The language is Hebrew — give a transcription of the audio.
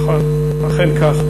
נכון, אכן כך.